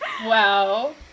wow